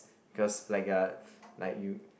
cause like a like you